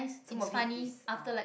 some of it is are